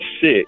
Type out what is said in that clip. sick